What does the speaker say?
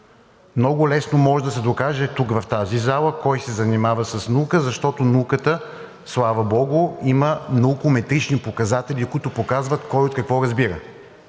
Много лесно може да се докаже тук в тази зала кой се занимава с наука, защото науката, слава богу, има наукометрични показатели, които показват кой от какво разбира.